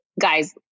guys